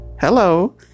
Hello